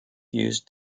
use